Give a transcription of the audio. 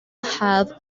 have